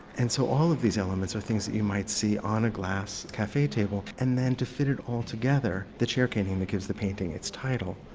and so all of these elements are things that you might see on a glass cafe table, and then to fit it all together, the chair caning that gives the painting its title,